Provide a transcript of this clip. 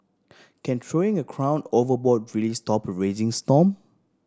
can throwing a crown overboard really stop a raging storm